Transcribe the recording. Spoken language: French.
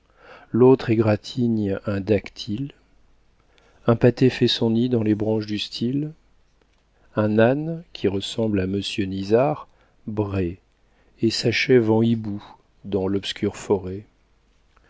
l'autre égratigne un dactyle un pâté fait son nid dans les branches du style un âne qui ressemble à monsieur nisard brait et s'achève en hibou dans l'obscure forêt